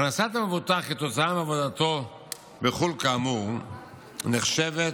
הכנסת המבוטח כתוצאה מעבודתו בחו"ל כאמור נחשבת